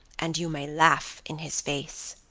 and you may laugh in his face.